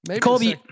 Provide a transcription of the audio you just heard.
Kobe